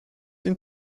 ihn